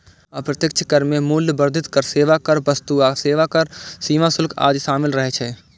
अप्रत्यक्ष कर मे मूल्य वर्धित कर, सेवा कर, वस्तु आ सेवा कर, सीमा शुल्क आदि शामिल रहै छै